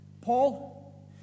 Paul